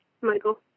Michael